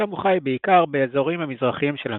שם הוא חי בעיקר באזורים המזרחיים של המדינה,